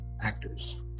actors